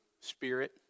Spirit